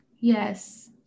Yes